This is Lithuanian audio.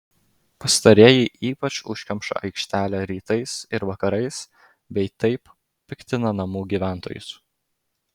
pastarieji ypač užkemša aikštelę rytais ir vakarais bei taip piktina namų gyventojus